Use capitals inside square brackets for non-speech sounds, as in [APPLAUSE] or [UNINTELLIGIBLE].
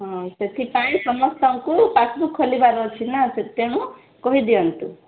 ହଁ ସେଥିପାଇଁ ସମସ୍ତଙ୍କୁ ପାସ୍ବୁକ୍ ଖୋଲିବାର ଅଛି ନା ସେଥିପାଇଁ [UNINTELLIGIBLE] କହିଦିଅନ୍ତୁ